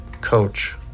Coach